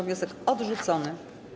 Wniosek odrzucony.